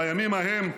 בימים ההם,